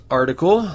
article